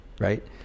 right